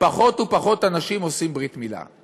פחות ופחות אנשים עושים ברית מילה.